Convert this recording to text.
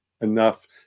enough